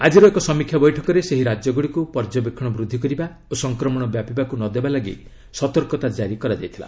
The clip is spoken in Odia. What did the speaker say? ଆଜ୍ଚିର ଏକ ସମୀକ୍ଷା ବୈଠକରେ ସେହି ରାଜ୍ୟଗୁଡ଼ିକୁ ପର୍ଯ୍ୟବେକ୍ଷଣ ବୃଦ୍ଧି କରିବା ଓ ସଂକ୍ରମଣ ବ୍ୟାପିବାକୁ ନ ଦେବା ଲାଗି ସତର୍କତା ଜାରି କରାଯାଇଥିଲା